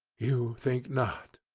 you think not.